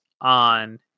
on